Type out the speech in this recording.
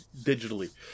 digitally